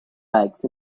legs